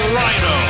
Rhino